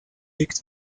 picked